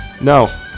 No